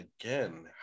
again